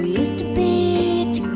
used to be